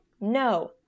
no